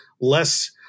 less